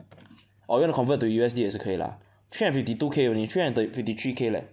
or you want to convert to U_S_D 也是可以 lah three hundred and fifty two K only three hundred and thir~ fifty three K leh